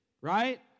right